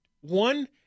one